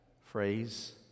phrase